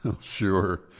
Sure